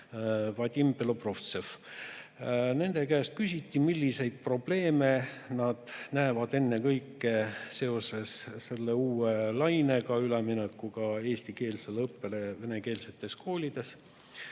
Vadim Belobrovtsev. Nende käest küsiti, milliseid probleeme nad näevad ennekõike seoses selle uue lainega, üleminekuga eestikeelsele õppele venekeelsetes koolides.